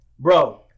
Bro